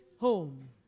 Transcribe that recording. home